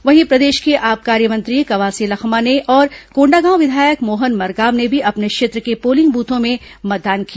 वहीं प्रदेश के आबकारी मंत्री कवासी लखमा ने और कोंडागांव विधायक मोहन मरकाम ने भी अपने क्षेत्र के पोलिंग बूथों में मतदान किया